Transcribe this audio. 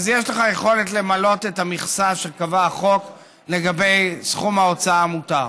אז יש לך יכולת למלא את המכסה שקבע החוק לגבי סכום ההוצאה המותר.